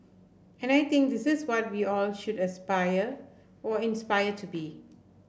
and I think this is what we all should aspire or inspire to be